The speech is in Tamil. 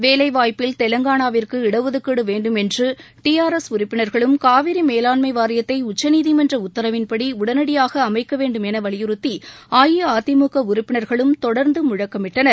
வேலை வாய்ப்பில் தெலங்கானாவிற்கு இடஒதுக்கீடு வேண்டும் என்று டி ஆர் எஸ் உறுப்பினர்களும் காவிரி மேலாண்மை வாரியத்தை உச்சநீதிமன்ற உத்தரவின்படி உடனடியாக அமைக்க வேண்டும் என வலியுறுத்தி அஇஅதிமுக உறுப்பினர்களும் தொடர்ந்து முழக்கமிட்டனர்